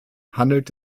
handelt